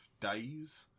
days